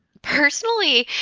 personally.